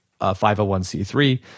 501c3